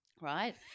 right